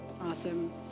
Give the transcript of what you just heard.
Awesome